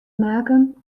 maken